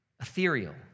ethereal